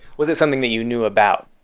was it something that you knew about?